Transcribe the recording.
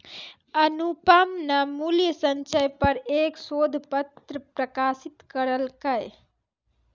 अनुपम न मूल्य संचय पर एक शोध पत्र प्रकाशित करलकय